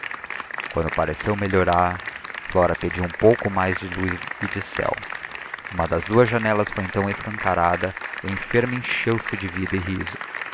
quando pareceu melhorar flora pediu um pouco mais de luz e de céu uma das duas janelas foi então escancarada e a enferma encheu-se de vida e riso